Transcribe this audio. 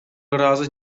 ыраазы